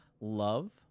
Love